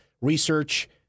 research